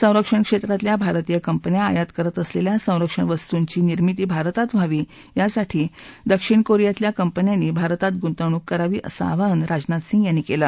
संरक्षण क्षेत्रातल्या भारतीय कंपन्या आयात करत असलेल्या संरक्षण वस्तूंची निर्मिती भारतात व्हावी यासाठी दक्षिण कोरियातल्या कंपन्यांनी भारतात गुंतवणूक करावी असं आवाहनही राजनाथ सिंग यांनी केलं